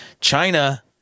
China